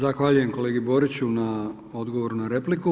Zahvaljujem kolegi Boriću na odgovoru na repliku.